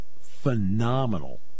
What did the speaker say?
phenomenal